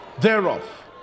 thereof